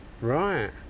Right